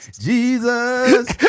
Jesus